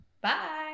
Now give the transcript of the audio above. Bye